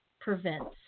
prevents